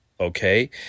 Okay